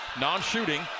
non-shooting